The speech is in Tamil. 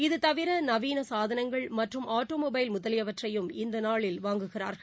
இதுதவிர நவீன சாதனங்கள் மற்றம் ஆட்டோமொனபல் முதலியவற்றையும் இந்த நாளில் வாங்குகிறார்கள்